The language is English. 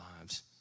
lives